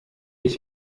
ich